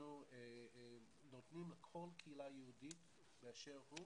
שאנחנו נותנים לכל קהילה יהודית באשר היא